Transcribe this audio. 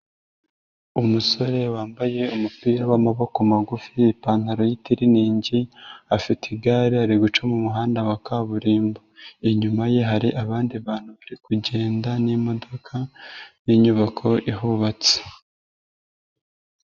Umusore wambaye umupira w'amaboko magufi ipantaro y'itiriningi, afite igare ari guca mu muhanda wa kaburimbo. Inyuma ye hari abandi bantu bari kugenda n'imodoka n'inyubako ihubatse.